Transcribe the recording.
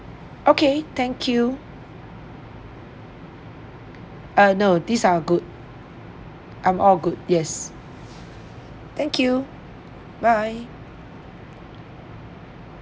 okay thank you uh no these are good I'm all good yes thank you bye